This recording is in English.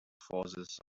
forces